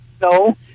No